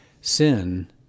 sin